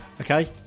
Okay